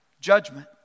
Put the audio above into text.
Judgment